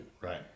Right